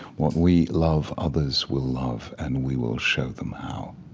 what we love, others will love, and we will show them how.